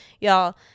Y'all